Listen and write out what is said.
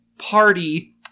party